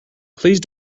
please